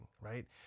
right